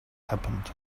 happened